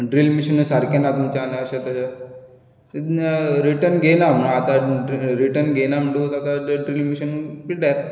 drilling machine सारकें ना तुमचें अशें तशें तें तें रिर्टन घेयना म्हूण आतां रिर्टन घेयना म्हूण आतां ड्रिलींग मिशीन पिड्ड्यार